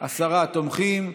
עשרה תומכים.